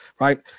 right